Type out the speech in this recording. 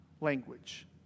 language